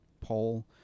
poll